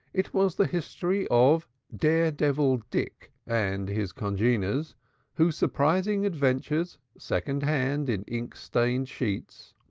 it was the history of daredevil dick and his congeners whose surprising adventures, second-hand, in ink-stained sheets,